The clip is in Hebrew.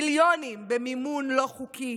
מיליונים במימון לא חוקי,